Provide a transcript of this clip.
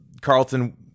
Carlton